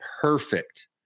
perfect